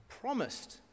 promised